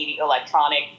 electronic